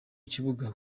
kibuga